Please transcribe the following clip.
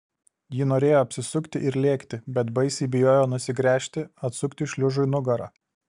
ji norėjo apsisukti ir lėkti bet baisiai bijojo nusigręžti atsukti šliužui nugarą